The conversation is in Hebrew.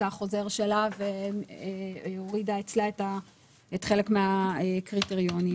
החוזר שלה והורידה אצלה חלק מן הקריטריונים,